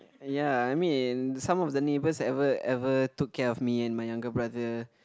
ya I mean in some of the neighbours ever ever took care of me and my younger brother